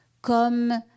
comme